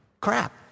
crap